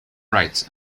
rights